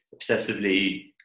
obsessively